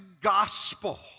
gospel